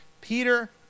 Peter